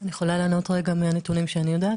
אני יכולה לענות רגע מהנתונים שאני יודעת?